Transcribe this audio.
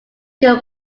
could